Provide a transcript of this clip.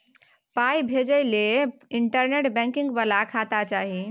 पाय भेजय लए इंटरनेट बैंकिंग बला खाता चाही